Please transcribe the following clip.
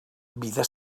vida